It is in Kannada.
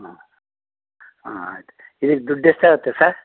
ಹಾಂ ಹಾಂ ಆಯ್ತು ಇದಕ್ಕೆ ದುಡ್ಡು ಎಷ್ಟಾಗುತ್ತೆ ಸರ್